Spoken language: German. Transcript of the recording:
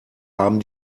haben